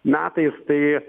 metais tai